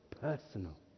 personal